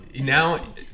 now